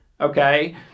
Okay